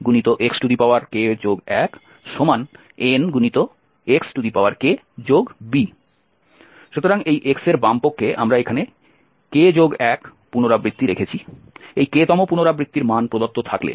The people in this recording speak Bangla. সুতরাং এই x এর বামপক্ষে আমরা এখানে k1 পুনরাবৃত্তি রেখেছি এই k তম পুনরাবৃত্তির মান প্রদত্ত থাকলে